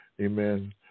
Amen